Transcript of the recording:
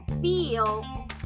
feel